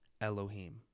Elohim